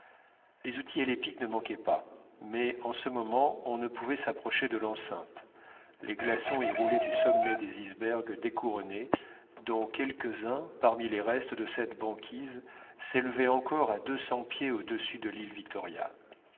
les outils et les pics ne manquaient pas mais en ce moment on ne pouvait s'approcher de l'enceinte les glaçons y roulaient du sommet des icebergs découronnés dont quelques-uns parmi les restes de cette banquise s'élevaient encore à deux cents pieds au-dessus de l'île victoria